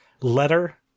letter